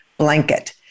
Blanket